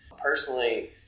Personally